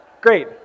Great